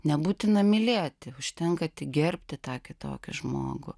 nebūtina mylėti užtenka tik gerbti tą kitokį žmogų